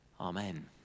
amen